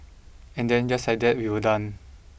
and then just like that we were done